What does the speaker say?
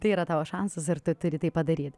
tai yra tavo šansas ir tu turi tai padaryt